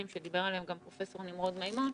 שדיבר עליהם גם פרופ' נמרוד מימון,